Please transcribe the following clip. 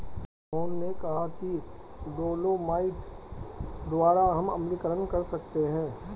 मोहन ने कहा कि डोलोमाइट द्वारा हम अम्लीकरण कर सकते हैं